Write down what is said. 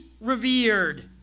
revered